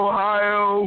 Ohio